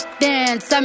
dance